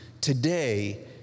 today